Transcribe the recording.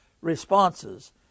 responses